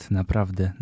naprawdę